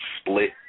split